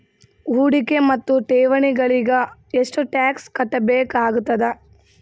ಹೂಡಿಕೆ ಮತ್ತು ಠೇವಣಿಗಳಿಗ ಎಷ್ಟ ಟಾಕ್ಸ್ ಕಟ್ಟಬೇಕಾಗತದ?